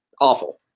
awful